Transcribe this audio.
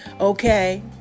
okay